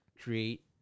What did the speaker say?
create